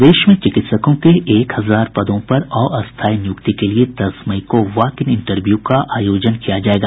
प्रदेश में चिकित्सकों के एक हजार पदों पर अस्थायी नियुक्ति के लिए दस मई को वॉक इन इंटरव्यू का आयोजन किया जायेगा